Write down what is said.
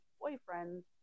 boyfriend